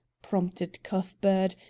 prompted cuthbert.